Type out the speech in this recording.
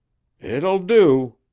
it'll do,